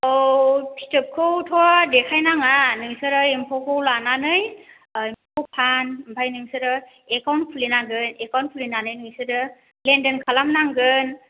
औ फिथोबखौथ' देखायनाङा नोंसोरो एम्फौखौ लानानै ओह एम्फौखौ फान आमफ्राय नोंसोरो एकाउन्ट खुलिनांगोन एकाउन्ट खुलिनानै नोंसोरो लेन देन खालामनांगोन